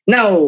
Now